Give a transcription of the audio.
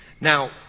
Now